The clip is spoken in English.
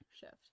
shift